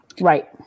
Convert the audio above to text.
Right